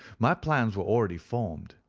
my plans were already formed.